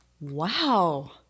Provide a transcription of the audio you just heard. Wow